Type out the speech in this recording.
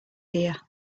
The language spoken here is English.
here